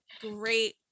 great